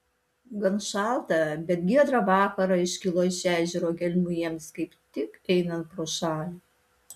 gan šaltą bet giedrą vakarą iškilo iš ežero gelmių jiems kaip tik einant pro šalį